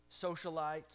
socialites